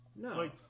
No